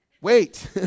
Wait